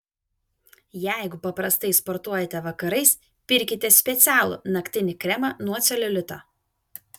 jeigu paprastai sportuojate vakarais pirkite specialų naktinį kremą nuo celiulito